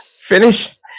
Finish